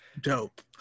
Dope